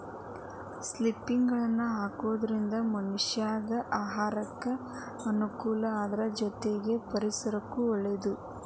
ಸಿಂಪಿಗಳನ್ನ ಸಾಕೋದ್ರಿಂದ ಮನಷ್ಯಾನ ಆಹಾರಕ್ಕ ಅನುಕೂಲ ಅದ್ರ ಜೊತೆಗೆ ಪರಿಸರಕ್ಕೂ ಒಳ್ಳೇದು